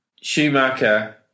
Schumacher